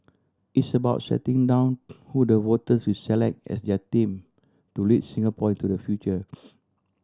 it's about setting down who the voters will select as their team to lead Singapore into the future